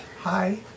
Hi